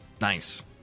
Nice